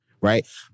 right